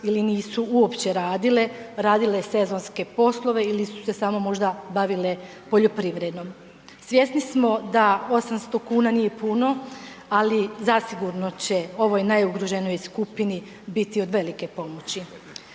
ili nisu uopće radile, radile sezonske poslove ili su se samo možda bavile poljoprivredom. Svjesni smo da 800 kuna nije puno, ali zasigurno će ovoj najugroženijoj skupini biti od velike pomoći.